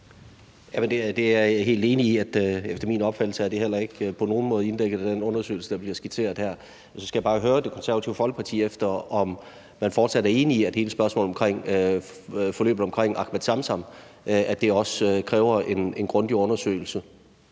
Det er jeg helt enig i. Efter min opfattelse er det heller ikke på nogen måde dækket ind af den undersøgelse, der bliver skitseret her. Så skal jeg bare høre Det Konservative Folkeparti, om man fortsat er enig i, at hele forløbet omkring Ahmed Samsam også kræver en grundig undersøgelse.